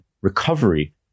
recovery